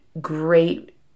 great